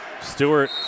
Stewart